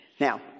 Now